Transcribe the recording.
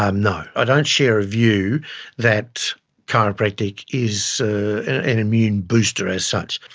um no, i don't share a view that chiropractic is an immune booster as such.